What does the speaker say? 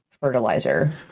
fertilizer